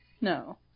No